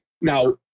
now